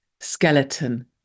skeleton